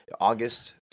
August